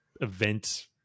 event